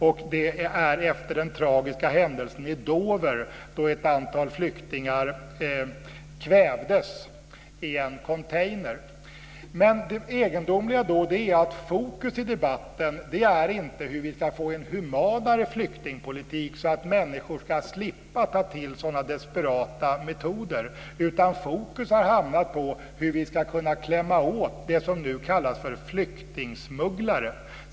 Det har skett efter den tragiska händelsen i Dover då ett antal flyktingar kvävdes i en container. Det egendomliga är att fokus i debatten inte har legat på hur vi ska få en humanare flyktingpolitik så att människor ska slippa ta till sådana desperata metoder. Fokus har i stället hamnat på hur vi ska kunna klämma åt dem som nu kallas för flyktingsmugglare.